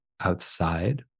outside